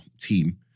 team